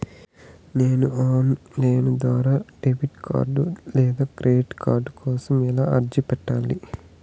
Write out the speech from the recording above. నేను online ద్వారా debit card లేదా క్రెడిట్ కార్డు కోసం ఎలా అర్జీ పెట్టాలి?